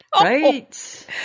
Right